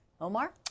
Omar